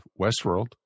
Westworld